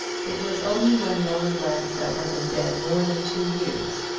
it was only when roland lansdell had been dead more than two years,